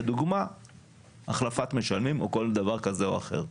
לדוגמה החלפת משלמים או כל דבר כזה ואחר.